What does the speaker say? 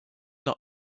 not